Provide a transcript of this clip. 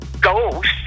ghost